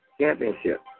championship